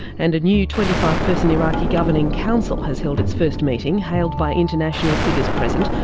and a new twenty five person iraqi governing council has held its first meeting, hailed by international figures present.